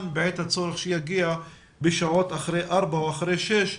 בעת הצורך שיגיע בשעות אחרי ארבע או אחרי שש,